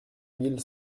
mille